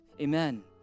Amen